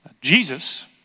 Jesus